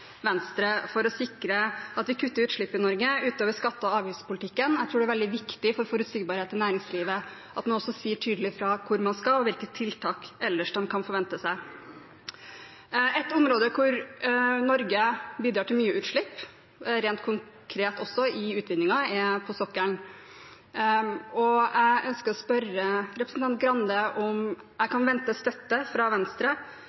Venstre for å sikre at vi kutter utslipp i Norge, utover skatte- og avgiftspolitikken. Jeg tror det er veldig viktig for forutsigbarhet i næringslivet at en også sier tydelig fra hvor man skal, og hvilke tiltak ellers de kan forvente seg. Ett område hvor Norge bidrar til mye utslipp, rent konkret også i utvinningen, er på sokkelen. Jeg ønsker å spørre representanten Skei Grande om jeg kan vente støtte fra Venstre